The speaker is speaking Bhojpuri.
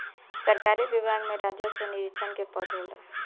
सरकारी विभाग में राजस्व निरीक्षक के पद होला